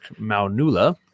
Maunula